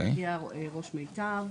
מגיע ראש מיטב,